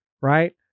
right